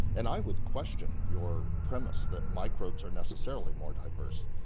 and i would question your premise that microbes are necessarily more diverse.